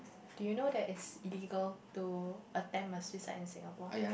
do you know that it's legal to attempt a suicide in Singapore